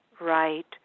right